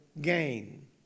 gain